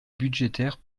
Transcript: budgétaire